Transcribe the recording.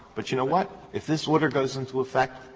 but you know what, if this order goes into effect,